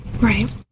Right